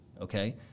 okay